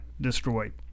destroyed